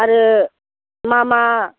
आरो मा मा